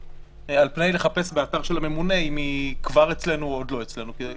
על פני לחפש באתר של הממונה אם היא כבר אצלנו או עוד לא אצלנו.